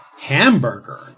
hamburger